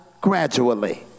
gradually